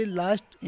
last